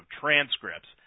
transcripts